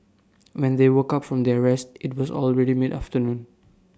when they woke up from their rest IT was already mid afternoon